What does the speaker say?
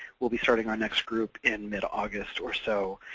we'll be starting our next group in mid-august or so.